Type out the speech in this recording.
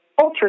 ultrasound